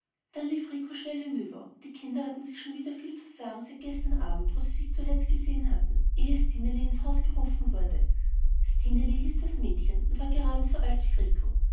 lief rico schnell hinüber und die kinder hatten sich schon wieder viel zu sagen seit gestern abend wo sie sich zuletzt gesehen hatten ehe stineli ins haus gerufen wurde stineli hieß das mädchen und war gerade so alt wie